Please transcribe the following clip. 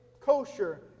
kosher